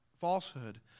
falsehood